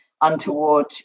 untoward